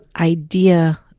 idea